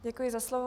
Děkuji za slovo.